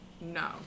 No